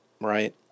right